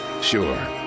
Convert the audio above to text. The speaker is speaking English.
Sure